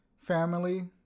family